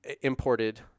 imported